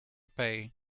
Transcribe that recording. pay